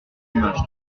image